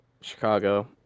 Chicago